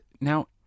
Now